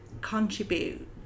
contribute